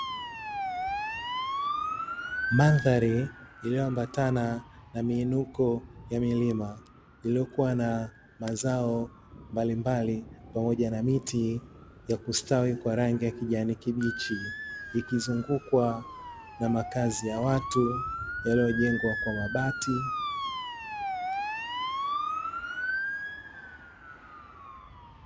Mandhari ya eneo kame au nusu-jangwa, likiwa na udongo mwekundu wa tabaka kavu linaloonyesha upungufu wa mvua, miti midogo-midogo yenye majani machache inayotokea sana kwenye eneo la jangwa, na milima ya kijani kwa mbali ikiashiria uwepo wa msitu, eneo lenye mvua zaidi.